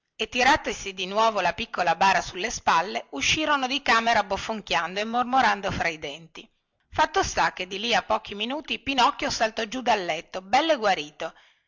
e tiratisi di nuovo la piccola bara sulle spalle uscirono di camera bofonchiando e mormorando fra i denti fatto sta che di lì a pochi minuti pinocchio saltò giù dal letto belle guarito